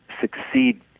succeed